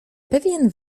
pewien